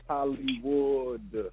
Hollywood